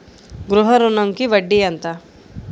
గృహ ఋణంకి వడ్డీ ఎంత?